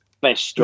best